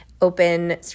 open